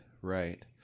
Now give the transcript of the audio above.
right